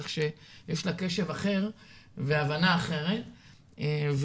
כך שיש לה קשב והבנה אחרים ולי,